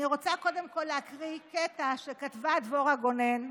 אני רוצה קודם כול להקריא קטע שכתבה דבורה גונן.